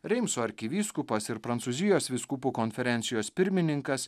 reimso arkivyskupas ir prancūzijos vyskupų konferencijos pirmininkas